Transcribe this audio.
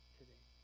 today